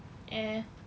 eh